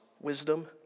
wisdom